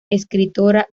escritora